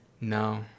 No